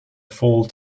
full